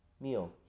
meal